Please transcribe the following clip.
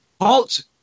Halt